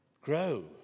Grow